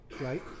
right